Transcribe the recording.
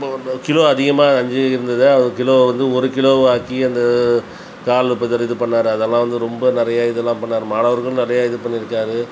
ப ப கிலோ அதிகமாக அஞ்சிக்கு இருந்தது அது கிலோவை வந்து ஒரு கிலோவாக்கு அந்த கால் வெப்பதற்கு இது பண்ணார் அதெலாம் வந்து ரொம்ப நிறையா இதெலாம் பண்ணார் மாணவர்க்கும் நிறையா இது பண்ணிருக்கார்